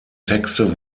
texte